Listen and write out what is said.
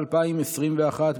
התשפ"א 2021,